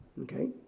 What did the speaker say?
Okay